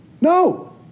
No